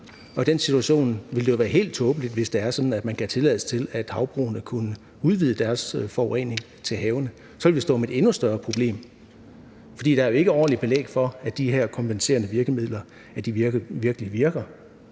Og i den situation ville det jo være helt tåbeligt, hvis man gav tilladelse til, at havbrugene kunne udvide deres forurening til havene. Så ville vi stå med et endnu større problem, for der er jo ikke ordentligt belæg for, at de her kompenserende virkemidler virkelig virker.